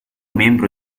membro